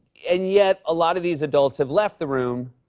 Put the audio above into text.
and, yet, a lot of these adults have left the room,